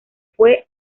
fue